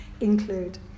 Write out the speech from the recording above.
include